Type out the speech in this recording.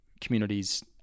communities